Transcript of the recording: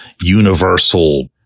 universal